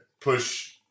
push